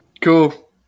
Cool